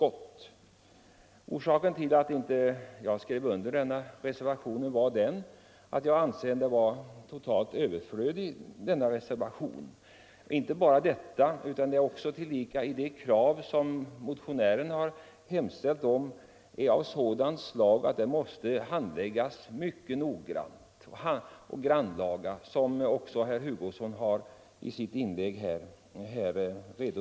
Orsaken till att jag inte har skrivit under reservationen är att jag anser den vara totalt överflödig — därför att de krav som reservanterna ställer är mycket grannlaga, vilket också herr Hugosson här har redogjort för.